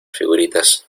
figuritas